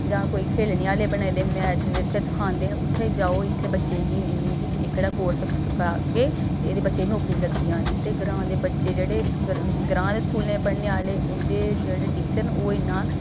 जां कोई खेलने आह्ले बने दे न मैच जित्थें सखांदे न उत्थै जाओ इत्थें बच्चे गी इ'नेंगी एह्कड़ा कोर्स सखागे ते एह्दे बच्चें गी नौकरी लग्गी जानी ते ग्रांऽ दे बच्चे जेह्ड़े ग्रांऽ दे स्कूलें पढ़ने आह्ले उं'दे जेह्ड़े टीचर न ओह् इन्ना